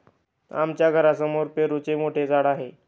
आमच्या घरासमोर पेरूचे मोठे झाड आहे